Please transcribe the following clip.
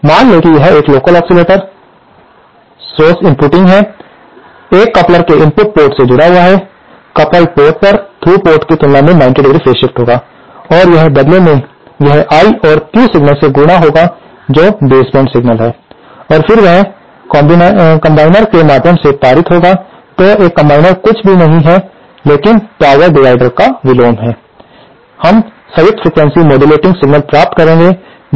तो मान लें कि यह एक LO या लोकल ओकसीलेटर करता स्रोत इनपुटिंग है एक कपलर के इनपुट पोर्ट से जुड़ा है कपल्ड पोर्ट पर थ्रू पोर्ट की तुलना में 90° फेज शिफ्ट होगा और यह बदले में यह I और Q सिग्नल से गुना होगा जो बेसबैंड सिग्नल हैं और फिर वह कॉम्बिनर के माध्यम से पारित होगा तो एक कॉम्बिनर कुछ भी नहीं है लेकिन पावर डिवाइडर का विलोम है हम संयुक्त फ्रीक्वेंसी मॉडुलेतेड़ सिग्नल प्राप्त करेंगे